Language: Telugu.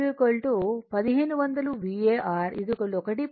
Q 1500 var 1